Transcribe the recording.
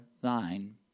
thine